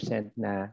na